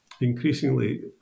increasingly